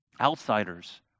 Outsiders